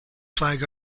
flag